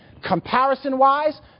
comparison-wise